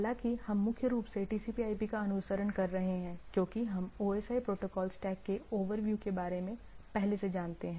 हालाँकि हम मुख्य रूप से TCP IP का अनुसरण कर रहे हैं क्योंकि हम OSI प्रोटोकोल स्टैक के ओवरव्यू के बारे में पहले से जानते है